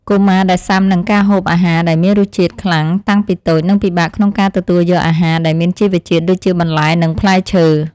កុមារដែលស៊ាំនឹងការហូបអាហារដែលមានរសជាតិខ្លាំងតាំងពីតូចនឹងពិបាកក្នុងការទទួលយកអាហារដែលមានជីវជាតិដូចជាបន្លែនិងផ្លែឈើ។